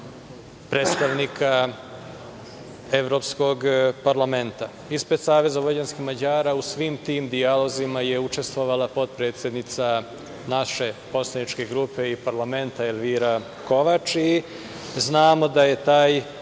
predstavnika Evropskog parlamenta. Ispred Saveza vojvođanskih Mađara u svim tim dijalozima je učestvovala potpredsednica naše poslaničke grupe i parlamenta Elvira Kovač. Znamo da je taj